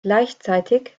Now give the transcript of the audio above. gleichzeitig